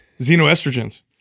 xenoestrogens